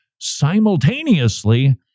simultaneously